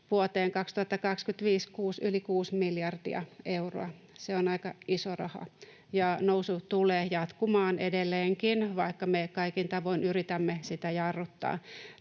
vuoteen 2025 yli kuusi miljardia euroa. Se on aika iso raha, ja nousu tulee jatkumaan edelleenkin, vaikka me kaikin tavoin yritämme sitä jarruttaa.